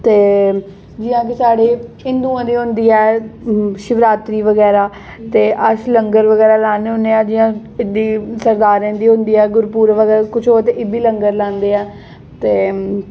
ते जियां की साढ़े हिंदुएं दी होंदी ऐ शिवरात्री बगैरा ते अस लंगर बगैरा लान्ने होने आं जि'यां सरदारें दी होंदी ऐ गुरुपर्व बगैरा किश होर ते एह् बी लंगर लांदे ऐ ते